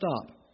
stop